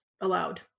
allowed